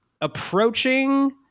approaching